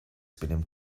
benimmt